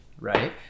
right